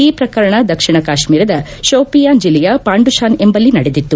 ಈ ಪ್ರಕರಣ ದಕ್ಷಿಣ ಕಾಶ್ನೀರದ ಶೋಪಿಯಾನ್ ಜಿಲ್ಲೆಯ ಪಾಂಡುಶಾನ್ ಎಂಬಲ್ಲಿ ನಡೆದಿತ್ತು